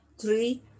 Three